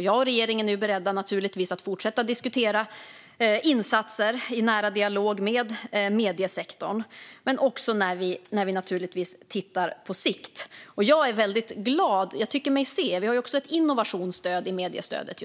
Jag och regeringen är beredda att fortsätta att diskutera insatser i nära dialog med mediesektorn och också när vi tittar på sikt. Vi har nu också ett innovationsstöd i mediestödet.